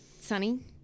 sunny